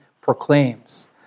proclaims